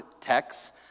texts